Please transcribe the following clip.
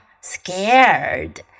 scared